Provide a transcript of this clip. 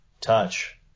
touch